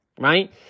right